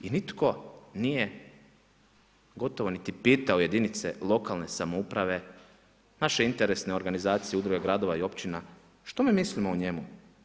I nitko nije gotovo niti pitao jedinice lokalne samouprave, naše interesne organizacije udruga gradova i općina što mi mislimo o njemu.